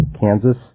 Kansas